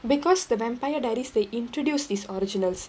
because the vampire diaries they introduce this originals